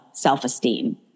self-esteem